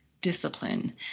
discipline